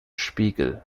spiegel